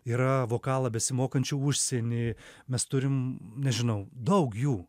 yra vokalą besimokančių užsieny mes turim nežinau daug jų